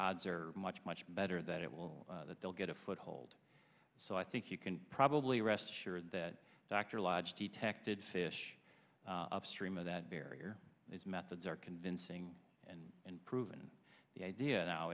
odds are much much better that it will that they'll get a foothold so i think you can probably rest assured that dr lodge detected fish stream of that barrier its methods are convincing and and proven the idea now